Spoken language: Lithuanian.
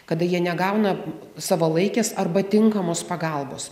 kada jie negauna savalaikės arba tinkamos pagalbos